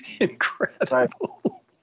incredible